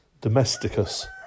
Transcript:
domesticus